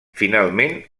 finalment